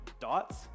dots